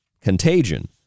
contagion